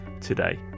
today